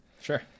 Sure